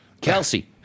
Kelsey